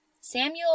Samuel